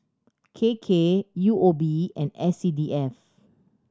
K K U O B and S C D F